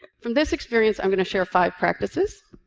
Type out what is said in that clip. from this experience i'm going to share five practices.